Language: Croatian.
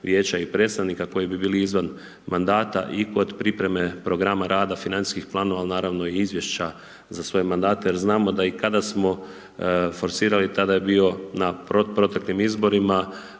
vijeća i predstavnika koji bi bili izvan mandata i kod pripreme programa rada financijskih planova Ali naravno i izvješća za svoje mandate jer znamo da i kada smo forsirali, tada je bio na proteklim izborima,